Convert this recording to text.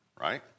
right